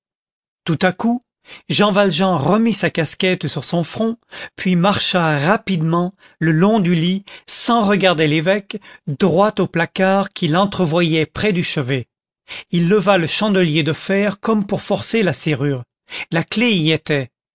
tout à coup jean valjean remit sa casquette sur son front puis marcha rapidement le long du lit sans regarder l'évêque droit au placard qu'il entrevoyait près du chevet il leva le chandelier de fer comme pour forcer la serrure la clef y était